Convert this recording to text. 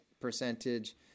percentage